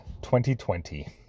2020